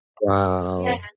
Wow